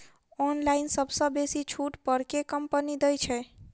Online सबसँ बेसी छुट पर केँ कंपनी दइ छै?